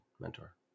mentor